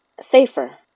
safer